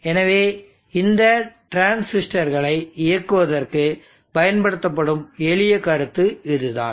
எனவே இந்த டிரான்சிஸ்டர்களை இயக்குவதற்கு பயன்படுத்தப்படும் எளிய கருத்து இதுதான்